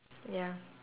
ya